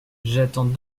j’attends